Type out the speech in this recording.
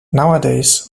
nowadays